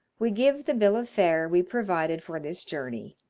we give the bill of fare we provided for this journey